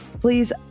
please